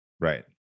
Right